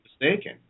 mistaken